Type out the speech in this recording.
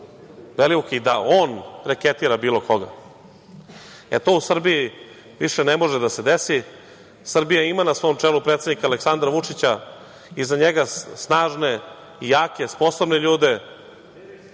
Belivuk i da on reketira bilo koga? E, to u Srbiji više ne može da se desi. Srbija ima na svom čelu predsednika Aleksandra Vučića, iza njega snažne i jake, sposobne ljude